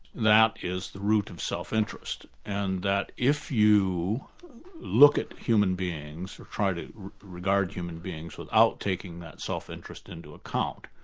that is the root of self-interest, and that if you look at human beings, try to regard human beings without taking that self-interest into account,